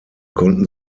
konnten